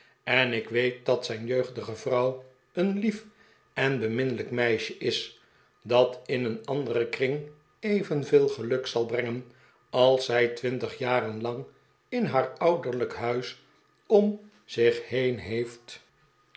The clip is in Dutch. en ik weet dat zijn jeugdige vrouw een lief en beminnelijk meisje is dat in een anderen kring evenveel geluk zal brengen als zij twintig jaren lang in haar ouderlijk huis om zich heen heeft